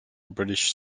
british